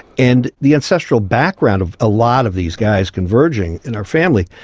and the ancestral background of a lot of these guys converging in our family.